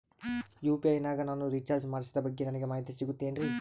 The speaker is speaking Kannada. ಯು.ಪಿ.ಐ ನಾಗ ನಾನು ರಿಚಾರ್ಜ್ ಮಾಡಿಸಿದ ಬಗ್ಗೆ ನನಗೆ ಮಾಹಿತಿ ಸಿಗುತೇನ್ರೀ?